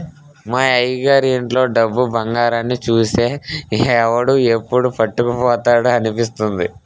మా అయ్యగారి ఇంట్లో డబ్బు, బంగారాన్ని చూస్తే ఎవడు ఎప్పుడు పట్టుకుపోతాడా అనిపిస్తుంది